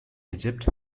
egypt